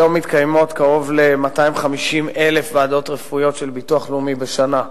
היום מתקיימות קרוב ל-250,000 ועדות רפואיות של הביטוח הלאומי בשנה.